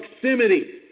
proximity